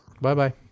Bye-bye